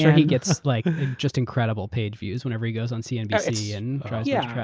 he gets like just incredible paid views whenever he goes on cnbc. and yeah.